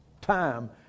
time